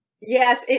Yes